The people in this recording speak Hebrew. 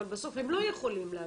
אבל בסוף הם לא יכולים להגיע.